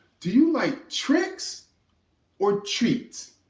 do you like tricks or treats?